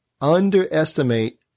underestimate